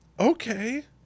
Okay